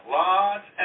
large